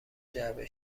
جعبه